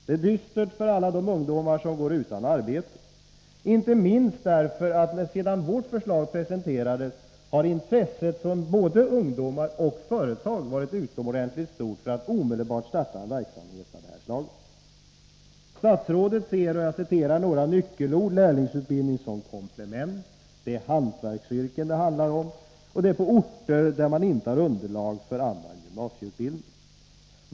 Det är dystert för alla de ungdomar som går utan arbete, inte minst därför att, sedan vårt förslag presenterades, intresset från både ungdomar och företag varit utomordentligt stort för att omedelbart starta en verksamhet av detta slag. Statsrådet ser lärlingsutbildningen som ett komplement, lämplig för hantverksyrken och för orter där det inte finns underlag för annan gymnasieutbildning.